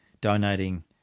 donating